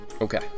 Okay